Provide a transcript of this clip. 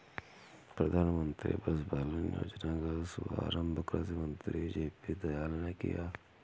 प्रधानमंत्री पशुपालन योजना का शुभारंभ कृषि मंत्री जे.पी दलाल ने किया